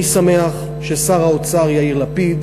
אני שמח ששר האוצר יאיר לפיד